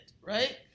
right